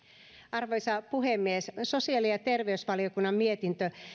arvoisa puhemies sosiaali ja terveysvaliokunnan mietintö